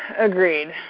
agreed.